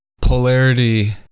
polarity